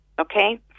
okay